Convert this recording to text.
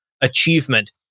achievement